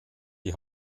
die